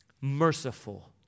Merciful